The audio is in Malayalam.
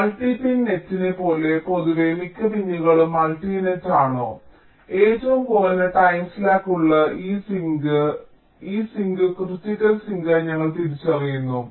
ഒരു മൾട്ടി പിൻ നെറ്റിനെ പോലെ പൊതുവേ മിക്ക പിനുകളും മൾട്ടി നെറ്റ് ആണോ അതിനാൽ ഏറ്റവും കുറഞ്ഞ ടൈം സ്ലാക്ക് ഉള്ള ഈ സിങ്ക് ആ സിങ്ക് ക്രിട്ടിക്കൽ സിങ്കായി ഞങ്ങൾ തിരിച്ചറിയുന്നു